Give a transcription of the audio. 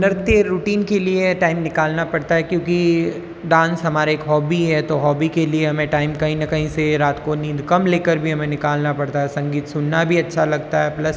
नृत्य रूटीन के लिए टाइम निकालना पड़ता है क्योंकि डांस हमारा एक हॉबी है तो हॉबी के लिए हमें टाइम कहीं ना कहीं से रात को नींद कम लेकर भी हमें निकालना पड़ता है संगीत सुनना भी अच्छा लगता है प्लस